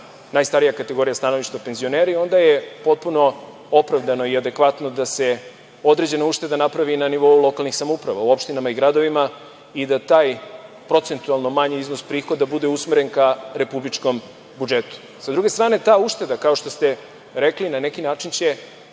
najstarija kategorija stanovništva penzioneri, onda je potpuno opravdano i adekvatno da se određena ušteda napravi na nivou lokalnih samouprava u opštinama i gradovima i da taj procentualno manji iznos prihoda bude usmeren ka republičkom budžetu. Sa druge strane, ta ušteda, kao što ste rekli, na neki način će